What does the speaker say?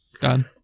done